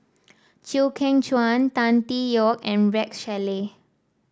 Chew Kheng Chuan Tan Tee Yoke and Rex Shelley